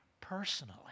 personally